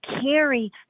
carry